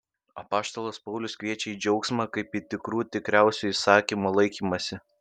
apaštalas paulius kviečia į džiaugsmą kaip į tikrų tikriausio įsakymo laikymąsi